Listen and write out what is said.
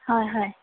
হয় হয়